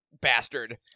bastard